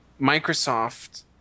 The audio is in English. microsoft